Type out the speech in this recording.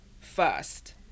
first